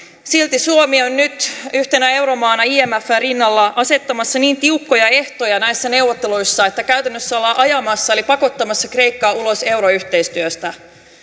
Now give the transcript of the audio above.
silti suomi on nyt yhtenä euromaana imfn rinnalla asettamassa niin tiukkoja ehtoja näissä neuvotteluissa että käytännössä ollaan ajamassa eli pakottamassa kreikka ulos euroyhteistyöstä